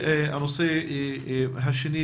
הנושא השני,